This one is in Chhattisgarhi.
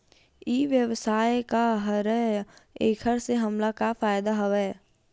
ई व्यवसाय का हरय एखर से हमला का फ़ायदा हवय?